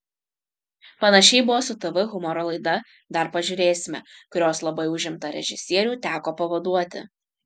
panašiai buvo su tv humoro laida dar pažiūrėsime kurios labai užimtą režisierių teko pavaduoti